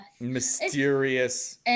Mysterious